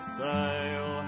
sail